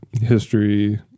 history